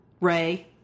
Ray